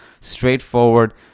straightforward